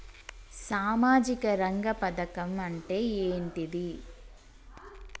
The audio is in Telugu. సామాజిక రంగ పథకం అంటే ఏంటిది?